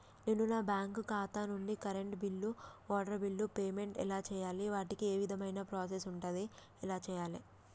నేను నా బ్యాంకు ఖాతా నుంచి కరెంట్ బిల్లో వాటర్ బిల్లో పేమెంట్ ఎలా చేయాలి? వాటికి ఏ విధమైన ప్రాసెస్ ఉంటది? ఎలా చేయాలే?